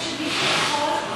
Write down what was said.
ברשותך,